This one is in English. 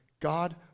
God